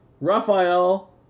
Raphael